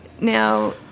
now